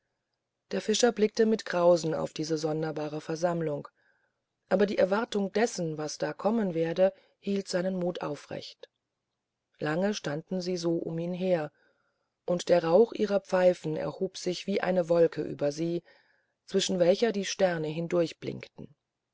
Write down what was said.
der fischer blickte mit grausen auf diese sonderbare versammlung aber die erwartung dessen das da kommen werde hielt seinen mut aufrecht lange standen sie so um ihn her und der rauch ihrer pfeifen erhob sich wie eine wolke über sie zwischen welcher die sterne